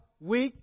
week